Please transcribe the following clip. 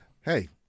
Hey